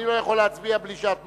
אני לא יכול להצביע בלי שאת מאשרת.